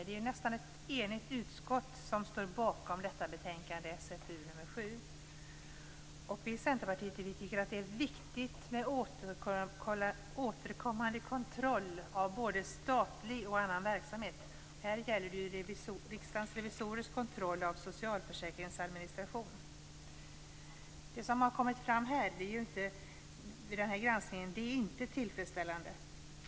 Herr talman! Det är ett nästan enigt utskott som står bakom detta betänkande, SfU7. Vi i Centerpartiet tycker att det är viktigt med återkommande kontroll av både statlig verksamhet och annan verksamhet. Här gäller det Riksdagens revisorers kontroll av socialförsäkringsadministrationen. Det som har kommit fram vid denna granskning är inte tillfredsställande.